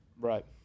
right